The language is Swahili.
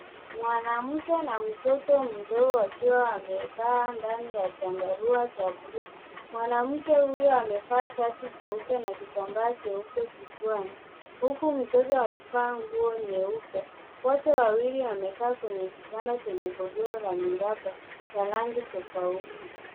Mwanamke na mtoto mdogo wakiwa wamekaa ndani ya chandarua cha buluu. Mwanamke huyo amevaa shati jeupe na kitambaa cheupe kichwani, huku mtoto amevaa nguo nyeupe. Wote wawili wamekaa kwenye kitanda chenye godoro la miraba ya rangi tofauti.